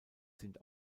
sind